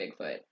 Bigfoot